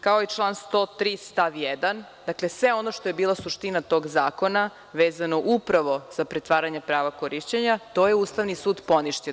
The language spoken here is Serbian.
kao i član 103. stav 1, dakle, sve ono što je bila suština tog zakona vezano upravo za pretvaranje prava korišćenja, to je Ustavni sud poništio.